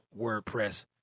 WordPress